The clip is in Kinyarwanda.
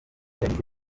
yagize